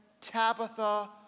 Tabitha